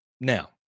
Now